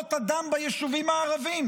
בנהרות הדם ביישובים הערבים,